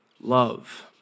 love